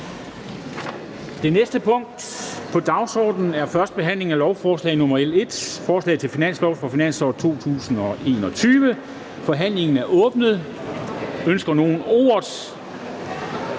Det næste punkt på dagsordenen er: 2) 1. behandling af lovforslag nr. L 1: Forslag til finanslov for finansåret 2021. Af finansministeren